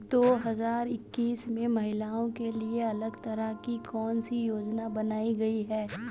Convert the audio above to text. दो हजार इक्कीस में महिलाओं के लिए अलग तरह की कौन सी योजना बनाई गई है?